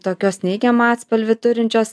tokios neigiamą atspalvį turinčios